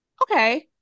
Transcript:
okay